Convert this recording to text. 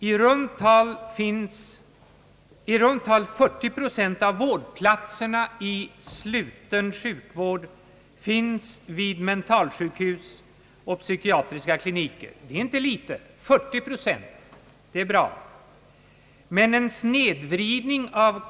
I runt tal 40 procent av vårdplatserna i sluten sjukvård finns vid mentalsjuk hus och psykiatriska kliniker. 40 procent är inte litet, det är i och för sig bra. Men en snedvridning av.